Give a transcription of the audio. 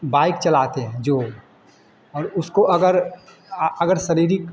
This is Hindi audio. बाइक चलाते हैं जो और उसको अगर अगर शारीरिक